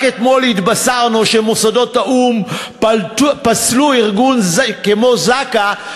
רק אתמול התבשרנו שמוסדות האו"ם פסלו ארגון כמו זק"א,